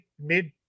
mid